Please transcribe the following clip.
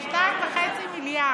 תוספתי, 2.5 מיליארד.